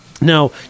Now